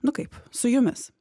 nu kaip su jumis